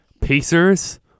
Pacers